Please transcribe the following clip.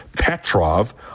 Petrov